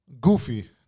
Goofy